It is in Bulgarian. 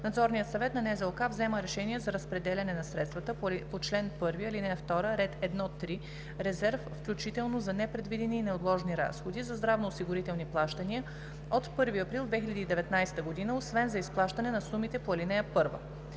Надзорният съвет на НЗОК взема решения за разпределяне на средствата по чл. 1, ал. 2, ред 1.3 „Резерв, включително за непредвидени и неотложни разходи“ за здравноосигурителни плащания от 1 април 2019 г., освен за изплащане на сумите по ал. 1.“